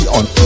on